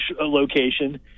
location